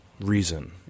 reason